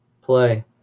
play